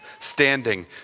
standing